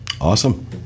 Awesome